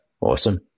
Awesome